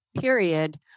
period